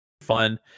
fun